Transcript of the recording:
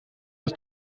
das